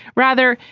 rather,